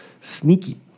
Sneaky